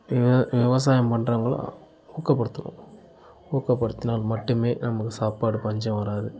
விவ விவசாயம் பண்றவங்களை ஊக்கப்படுத்தணும் ஊக்கப்படுத்தினால் மட்டுமே நமக்கு சாப்பாடு பஞ்சம் வராது